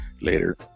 later